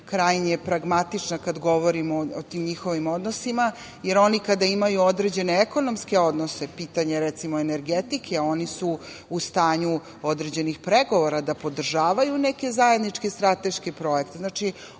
krajnje pragmatična kada govorim o tim njihovim odnosima, jer oni kada imaju određene ekonomske odnose, pitanje recimo energetike, oni su u stanju određenih pregovora da podržavaju neke zajedničke strateške projekte.